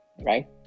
right